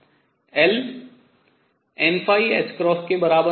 L n के बराबर है